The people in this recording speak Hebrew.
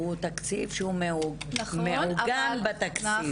הוא תקציב שהוא מעוגן בתקציב.